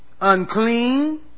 unclean